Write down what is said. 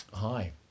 Hi